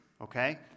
okay